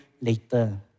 later